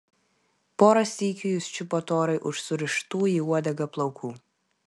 porą sykių jis čiupo torai už surištų į uodegą plaukų